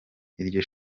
iryo